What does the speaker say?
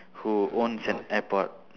who owns an airport